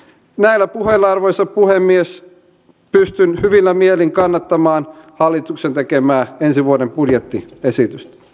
näillä puheilla arvoisa puhemies pystyn hyvillä mielin kannattamaan hallituksen tekemää ensi vuoden budjettiesitystä